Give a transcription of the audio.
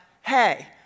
hey